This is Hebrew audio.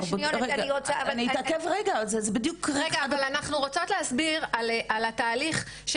אבל אנחנו רוצות להסביר על התהליך,